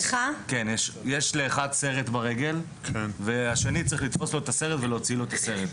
יש לאחד סרט ברגל והשני צריך לתפוס לו את הסרט ולהוציא את הסרט.